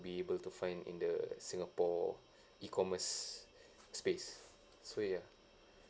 be able to find in the singapore e-commerce space so ya